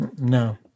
No